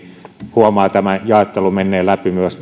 huomaa tämän jaottelun menneen läpi myös